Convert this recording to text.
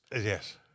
Yes